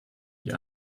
die